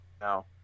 now